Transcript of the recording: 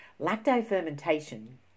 Lacto-fermentation